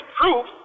proof